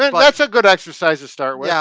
right, but that's a good exercise to start with. yeah,